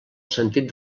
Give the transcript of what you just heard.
sentit